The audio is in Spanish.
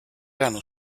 ganó